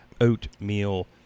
oatmeal